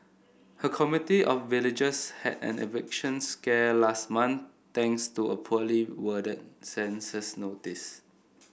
her community of villagers had an eviction scare last month thanks to a poorly worded census notice